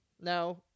Now